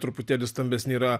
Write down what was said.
truputėlį stambesni yra